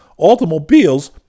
Automobiles